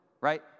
Right